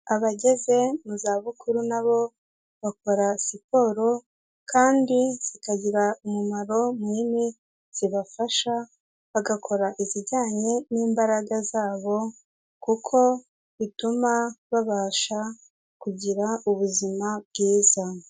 Abageze mu zabukuru nabo bakora siporo kandi zikagira umumaro munini zibafasha, bagakora izijyanye n'imbaraga zabo kuko bituma babasha kugira ubuzima bwiza.